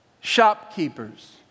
shopkeepers